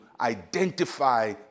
identify